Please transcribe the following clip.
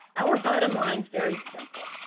our bottom line is very simple.